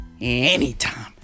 anytime